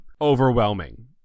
overwhelming